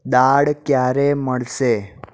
દાળ ક્યારે મળશે